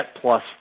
plus